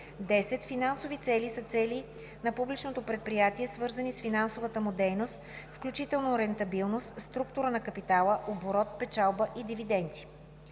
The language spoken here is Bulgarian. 11. „Финансови цели“ са цели на публичното предприятие, свързани с финансовата му дейност (включително рентабилност, структура на капитала, оборот, печалба и дивиденти).